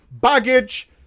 baggage